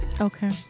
Okay